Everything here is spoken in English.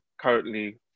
currently